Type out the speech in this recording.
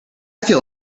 feel